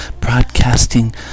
Broadcasting